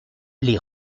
les